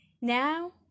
now